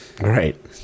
Right